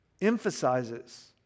emphasizes